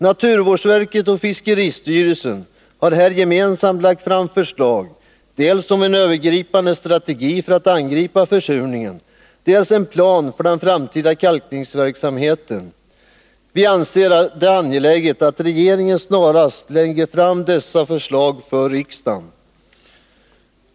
Naturvårdsverket och fiskeristyrelsen har här gemensamt lagt fram dels förslag om en övergripande strategi för att angripa försurningen, dels en plan för den framtida kalkningsverksamheten. Vi anser det angeläget att regeringen snarast lägger fram sina förslag för riksdagen.